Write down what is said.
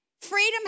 Freedom